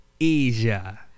Asia